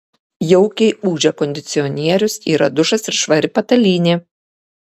jaukiai ūžia kondicionierius yra dušas ir švari patalynė